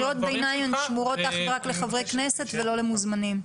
קריאות ביניים שמורות אך ורק לחברי כנסת ולא למוזמנים.